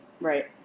Right